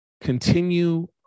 continue